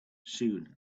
soon